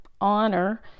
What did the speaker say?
honor